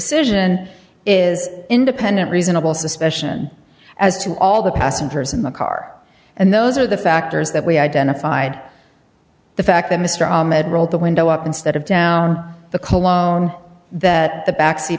decision is independent reasonable suspicion as to all the passengers in the car and those are the factors that we identified the fact that mr ahmed rolled the window up instead of down the cologne that the back seat